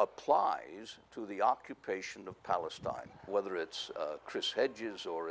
applies to the occupation of palestine whether it's chris hedges or